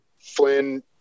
Flynn